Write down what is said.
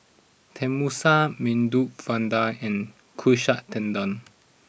Tenmusu Medu Vada and Katsu Tendon